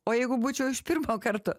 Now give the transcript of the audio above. o jeigu būčiau iš pirmo karto